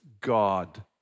God